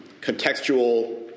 contextual